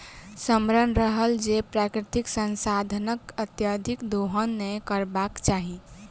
स्मरण रहय जे प्राकृतिक संसाधनक अत्यधिक दोहन नै करबाक चाहि